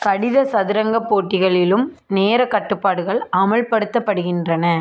கடித சதுரங்கப்போட்டிகளிலும் நேரக் கட்டுப்பாடுகள் அமல்படுத்தப்படுகின்றன